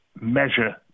measure